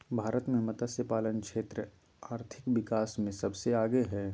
भारत मे मतस्यपालन क्षेत्र आर्थिक विकास मे सबसे आगे हइ